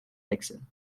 nixon